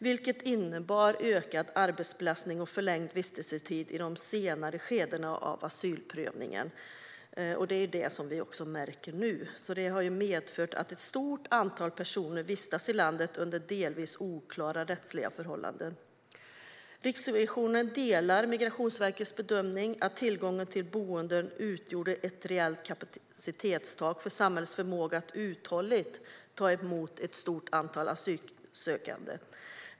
Det innebar ökad arbetsbelastning och förlängd vistelsetid i de senare skedena av asylprövningen. Det märker vi också nu. Det har alltså medfört att ett stort antal personer vistas i landet under delvis oklara rättsliga förhållanden. Riksrevisionen instämmer i Migrationsverkets bedömning om att tillgången till boenden utgjorde ett reellt kapacitetstak för samhällets förmåga att uthålligt ta emot ett stort antal asylsökande.